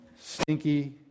Stinky